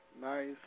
nice